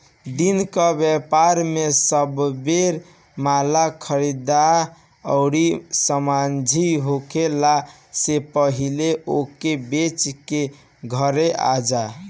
दिन कअ व्यापार में सबेरे माल खरीदअ अउरी सांझी होखला से पहिले ओके बेच के घरे आजा